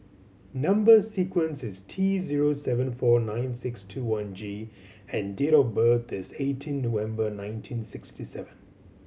number sequence is T zero seven four nine six two one G and date of birth is eighteen November nineteen sixty seven